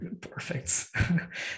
Perfect